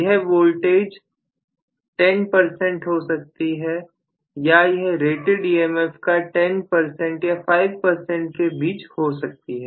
यह वोल्टेज 10 हो सकती है या यह रेटेड EMF का 10 या 5 के बीच हो सकती है